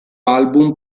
album